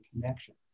connection